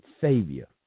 savior